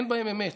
אין בהם אמת